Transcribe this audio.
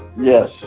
Yes